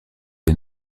les